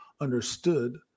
understood